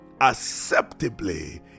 acceptably